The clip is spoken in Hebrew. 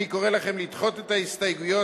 אני קורא לכם לדחות את ההסתייגויות,